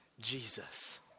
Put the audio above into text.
Jesus